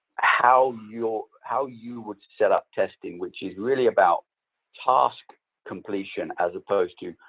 how you how you would set up testing, which is really about task completion as opposed to,